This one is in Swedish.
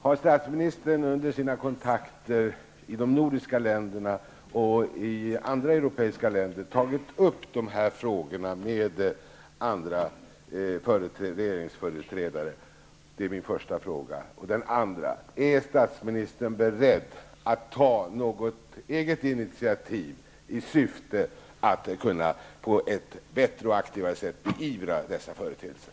Har statsministern vid sina kontakter i de nordiska länderna och i andra europeiska länder tagit upp dessa frågor med andra regeringsföreträdare? Min andra fråga är: Är statsministern beredd att ta något eget initiativ i syfte att på ett bättre och mer aktivt sätt kunna beivra dessa företeelser?